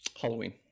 Halloween